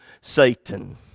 Satan